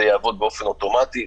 זה יעבוד באופן אוטומטי.